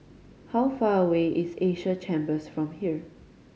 how far away is Asia Chambers from here